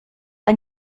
ein